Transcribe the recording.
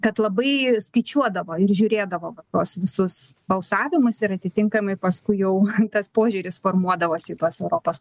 kad labai skaičiuodavo ir žiūrėdavo va tuos visus balsavimus ir atitinkamai paskui jau tas požiūris formuodavosi į tuos europos parlamento narius